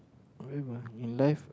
whatever in life